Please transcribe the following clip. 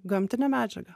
gamtinę medžiagą